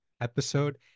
episode